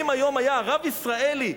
אם היום היה הרב ישראלי,